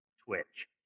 Twitch